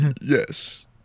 Yes